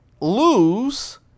lose